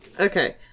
Okay